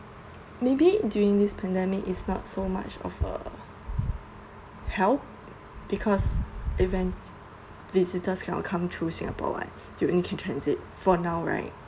maybe during this pandemic it's not so much of a help because even visitors cannot come through singapore what you in can transit for now right